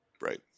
right